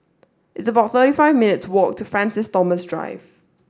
it's about thirty five minute to walk to Francis Thomas Drive